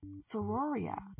Sororia